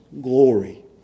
glory